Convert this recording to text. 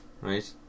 right